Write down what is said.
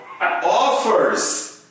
offers